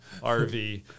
RV